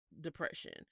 depression